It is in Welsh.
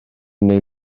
neu